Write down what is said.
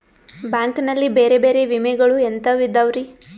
Bank ನಲ್ಲಿ ಬೇರೆ ಬೇರೆ ವಿಮೆಗಳು ಎಂತವ್ ಇದವ್ರಿ?